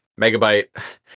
Megabyte